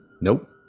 Nope